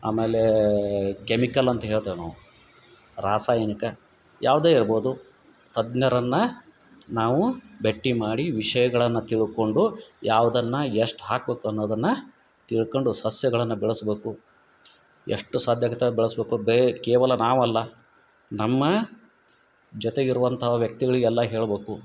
ಆಮ್ಯಾಲೇ chemical ಅಂತ ಹೇಳ್ತೇವೆ ನಾವು ರಾಸಾಯನಿಕ ಯಾವುದೇ ಇರ್ಬೋದು ತಜ್ಞರನ್ನ ನಾವು ಭೇಟಿ ಮಾಡಿ ವಿಷಯಗಳನ್ನ ತಿಳ್ಕೊಂಡು ಯಾವುದನ್ನ ಎಷ್ಟು ಹಾಕ್ಬೇಕು ಅನ್ನೋದನ್ನ ತಿಳ್ಕೊಂಡು ಸಸ್ಯಗಳನ್ನ ಬೆಳೆಸಬೇಕು ಎಷ್ಟು ಸಾಧ್ಯ ಆಗತ್ತೆ ಅದು ಬೆಳಸಬೇಕು ಬೆ ಕೇವಲ ನಾವಲ್ಲ ನಮ್ಮ ಜೊತೆಗಿರುವಂಥ ವ್ಯಕ್ತಿಗಳಿಗೆಲ್ಲಾ ಹೇಳ್ಬಕು